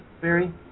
Barry